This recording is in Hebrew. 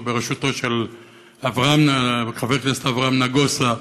בראשותו של חבר הכנסת אברהם נגוסה.